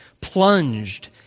plunged